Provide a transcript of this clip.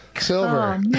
Silver